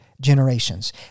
generations